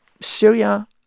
Syria